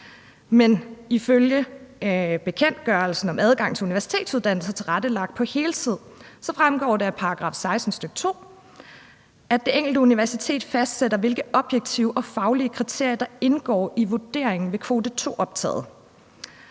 Men i bekendtgørelsen om adgang til universitetsuddannelser tilrettelagt på heltid fremgår det af § 16, stk. 2, at det enkelte universitet »fastsætter, hvilke objektive og faglige kriterier der indgår i vurderingen« ved kvote 2-optaget.